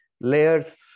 Layers